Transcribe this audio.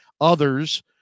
others